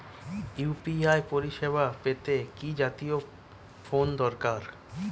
UPI পরিসেবা পেতে কি জাতীয় ফোন দরকার?